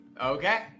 Okay